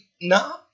No